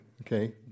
okay